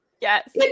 Yes